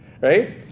right